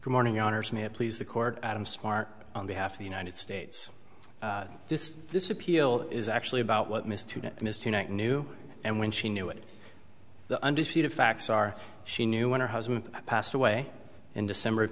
good morning honors me please the court i'm smart on behalf of the united states this this appeal is actually about what mr ms tonight knew and when she knew it the undisputed facts are she knew when her husband passed away in december of